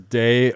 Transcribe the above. day